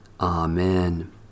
Amen